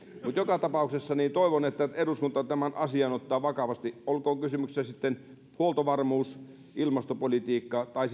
joka tapauksessa toivon että eduskunta ottaa tämän asian vakavasti olkoon kysymyksessä sitten huoltovarmuus ilmastopolitiikka tai